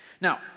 Now